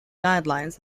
guidelines